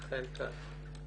אכן כך.